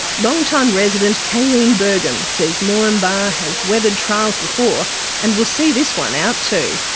long-time resident kayreen burgum says moranbah has weathered trials before and will see this one out too.